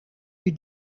you